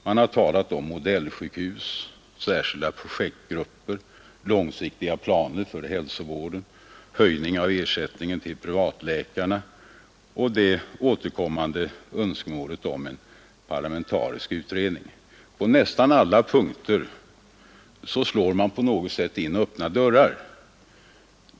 Man har talat om modellsjukhus, särskilda projektgrupper, långsiktiga planer för hälsovården, höjning av ersättningen till privatläkarna, och önskemålet om en parlamentarisk utredning har varit återkommande. På nästan alla punkter slår man på något sätt in öppna dörrar.